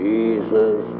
Jesus